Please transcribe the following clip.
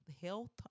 health